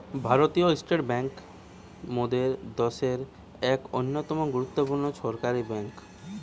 ভারতীয় State Bank মোদের দ্যাশের এক অন্যতম গুরুত্বপূর্ণ সরকারি বেঙ্ক